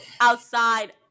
outside